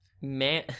Man